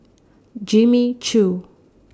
Jimmy Choo